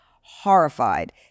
Horrified